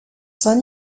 saint